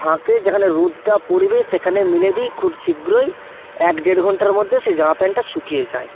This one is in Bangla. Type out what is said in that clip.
ফাঁকে যেখানে রোদটা পড়িবে সেখানে মেলে দিই খুব শীঘ্রই এক দেড় ঘন্টার মধ্যে সে জামা প্যান্টটা শুকিয়ে যায়